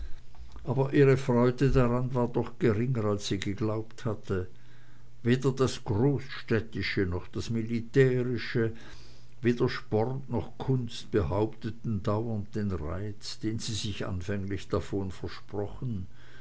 aber ihre freude daran war doch geringer als sie geglaubt hatte weder das großstädtische noch das militärische weder sport noch kunst behaupteten dauernd den reiz den sie sich anfänglich davon versprochen